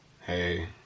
Hey